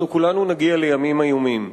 אנחנו כולנו נגיע לימים איומים.